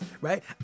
right